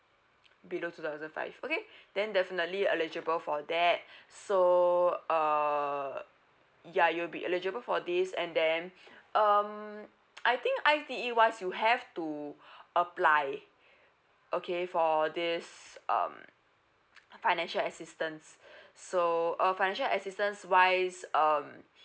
below two thousand five okay then definitely eligible for that so uh ya you'll be eligible for this and then um I think I_T_E wise you have to apply okay for this um financial assistance so uh financial assistance wise um